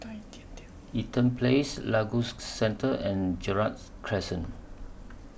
Eaton Place Lagos Center and Gerald Crescent